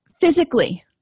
Physically